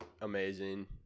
amazing